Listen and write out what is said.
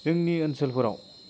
जोंनि ओनसोलफोराव